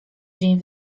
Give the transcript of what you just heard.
dzień